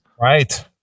right